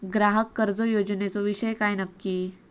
ग्राहक कर्ज योजनेचो विषय काय नक्की?